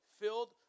filled